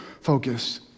focus